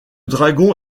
dragon